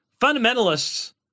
fundamentalists